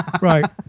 Right